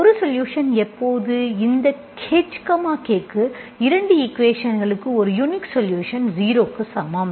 ஒரு சொலுஷன் எப்போது இந்த h k க்கு 2 ஈக்குவேஷன்ஸ்களுக்கு ஒரு யுனிக் சொலுஷன் 0 க்கு சமம்